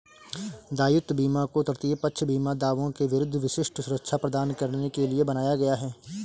दायित्व बीमा को तृतीय पक्ष बीमा दावों के विरुद्ध विशिष्ट सुरक्षा प्रदान करने के लिए बनाया गया है